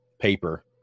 paper